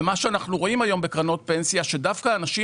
ומה שאנחנו רואים היום בקרנות פנסיה שדווקא אנשים